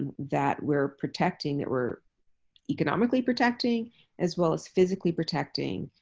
and that we're protecting that we're economically protecting as well as physically protecting